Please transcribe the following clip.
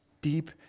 deep